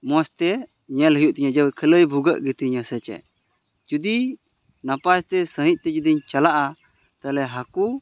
ᱢᱚᱡᱽ ᱛᱮ ᱧᱮᱞ ᱦᱩᱭᱩᱜ ᱛᱤᱧᱟᱹ ᱡᱮ ᱠᱷᱟᱹᱞᱟᱹᱭ ᱵᱷᱩᱜᱟᱹᱜ ᱜᱮᱛᱤᱧᱟ ᱥᱮᱪᱮᱫ ᱡᱩᱫᱤ ᱱᱟᱯᱟᱭ ᱛᱮ ᱥᱟᱺᱦᱤᱡ ᱛᱮ ᱡᱩᱫᱤᱧ ᱪᱟᱞᱟᱜᱼᱟ ᱛᱟᱦᱚᱞᱮ ᱦᱟ ᱠᱩ